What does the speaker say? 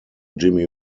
jimmy